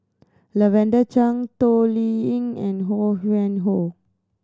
Lavender Chang Toh Liying and Ho Yuen Hoe